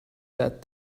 that